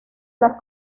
las